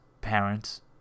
parents